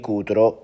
Cutro